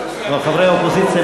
אדוני היושב-ראש?